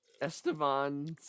esteban